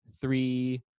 three